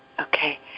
Okay